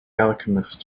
alchemist